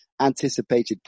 anticipated